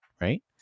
right